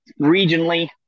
regionally